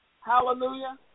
Hallelujah